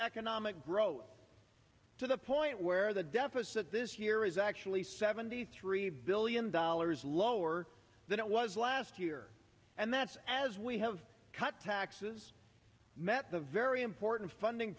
economic growth to the point where the deficit this year is actually seventy three billion dollars lower than it was last year and that's as we have cut taxes met the very important funding